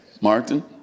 Martin